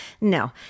No